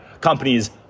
companies